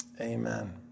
Amen